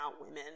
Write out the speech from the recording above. women